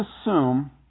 assume